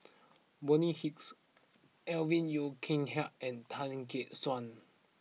Bonny Hicks Alvin Yeo Khirn Hai and Tan Gek Suan